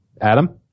Adam